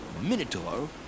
Minotaur